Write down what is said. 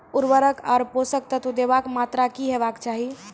उर्वरक आर पोसक तत्व देवाक मात्राकी हेवाक चाही?